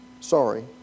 Sorry